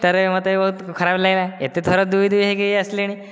ତାପରେ ମୋତେ ବହୁତ ଖରାପ ଲାଗିଲା ଏତେ ଥର ଦୁଇ ଦୁଇ ହୋଇକି ଆସିଲିଣି